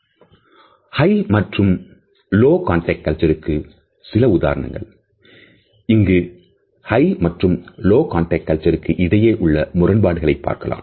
high மற்றும் low contact கல்ச்சருக்கு சில உதாரணங்கள் இங்கு ஹய் மற்றும் லோ கான்டெக்ட் கல்ச்சருக்கு இடையே உள்ள முரண்பாடுகளை பார்க்கலாம்